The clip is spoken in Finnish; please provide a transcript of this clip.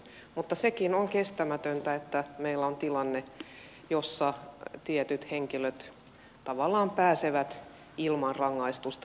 mutta sekin on kestämätöntä että meillä on tilanne jossa tietyt henkilöt tavallaan jäävät ilman rangaistusta